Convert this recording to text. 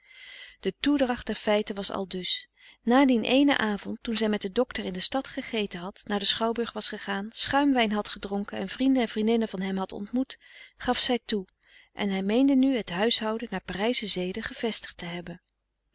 de toedracht der feiten was aldus na dien eenen avond toen zij met den docter in de stad gegeten had naar den schouwburg was gegaan schuimwijn had gedronken en vrienden en vriendinnen van hem had ontmoet gaf zij toe en hij meende nu het huishouden naar parijsche zede gevestigd te hebben